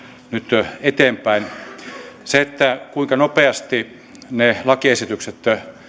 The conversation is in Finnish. eteenpäin se kuinka nopeasti ne lakiesitykset